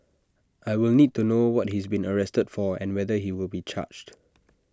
I will need to know what he's been arrested for and whether he will be charged